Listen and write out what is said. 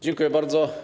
Dziękuję bardzo.